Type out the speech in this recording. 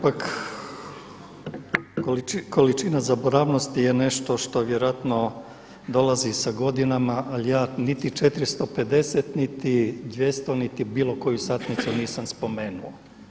Ja ipak, količina zaboravnosti je nešto što vjerojatno dolazi sa godinama ali ja niti 450 niti 200, niti bilo koju satnicu nisam spomenuo.